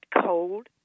cold